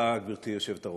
תודה, גברתי היושבת-ראש,